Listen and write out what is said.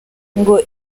ngo